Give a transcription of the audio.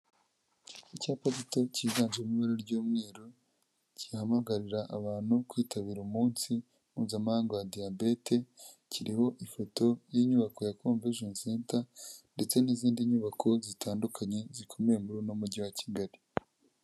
Icyapa gito cy cyiganjemo ibi ry'yumweru gihamagarira abantu kwitabira umunsi mpuzamahanga wa diyabete kiriho ifoto y'inyubako ya convention center ndetse n'izindi nyubako zitandukanye zikomeye muri uno umujyi wa Kigali.